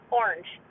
orange